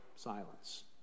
silence